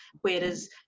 whereas